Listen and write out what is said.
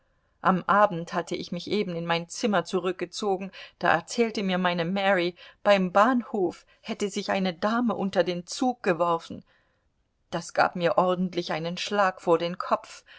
am abend hatte ich mich eben in mein zimmer zurückgezogen da erzählte mir meine mary beim bahnhof hätte sich eine dame unter einen zug geworfen das gab mir ordentlich einen schlag vor den kopf